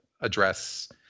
address